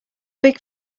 big